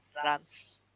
France